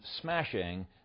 smashing